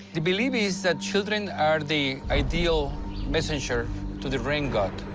the belief is that children are the ideal messenger to the rain god,